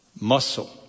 muscle